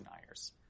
deniers